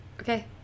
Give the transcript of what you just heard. Okay